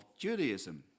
Judaism